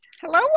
Hello